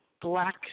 Black